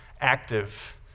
active